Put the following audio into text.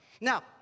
Now